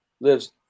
lives